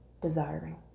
desiring